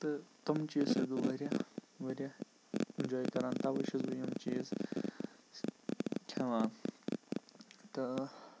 تہٕ تِم چیٖز چھُس بہٕ واریاہ واریاہ اٮ۪نجاے کَران تَوَے چھُس بہٕ یِم چیٖز کھٮ۪وان تہٕ